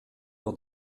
dans